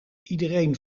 iedereen